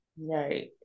Right